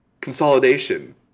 consolidation